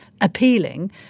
appealing